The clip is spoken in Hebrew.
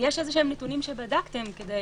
יש נתונים שבדקתם, כדי